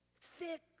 Thick